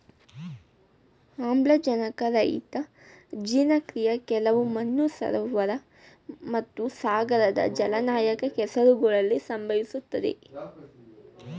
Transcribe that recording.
ಆಮ್ಲಜನಕರಹಿತ ಜೀರ್ಣಕ್ರಿಯೆ ಕೆಲವು ಮಣ್ಣು ಸರೋವರ ಮತ್ತುಸಾಗರದ ಜಲಾನಯನ ಕೆಸರುಗಳಲ್ಲಿ ಸಂಭವಿಸ್ತತೆ